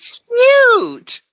cute